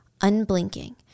unblinking